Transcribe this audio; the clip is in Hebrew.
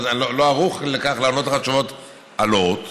אני לא ערוך לכך לענות לך תשובות על אורט,